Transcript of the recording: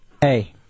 Hey